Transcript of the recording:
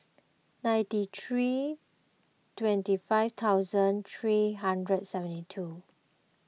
ninety three twenty five thousand three hundred seventy two